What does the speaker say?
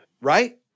right